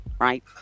right